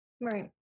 Right